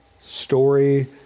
story